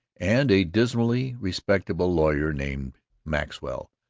and a dismally respectable lawyer named maxwell,